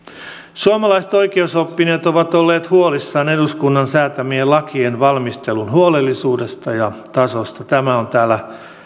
suomalaiset oikeusoppineet ovat olleet huolissaan eduskunnan säätämien lakien valmistelun huolellisuudesta ja tasosta tämä on täällä